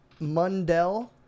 Mundell